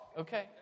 okay